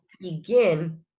begin